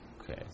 Okay